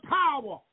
power